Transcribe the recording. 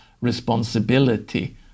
responsibility